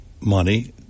money